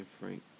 Frank